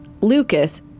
Lucas